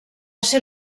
ser